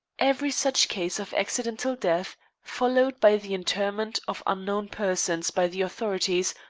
every such case of accidental death followed by the interment of unknown persons by the authorities,